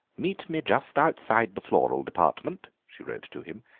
meet me just outside the floral department, she wrote to him,